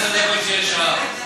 שיהיה שעה.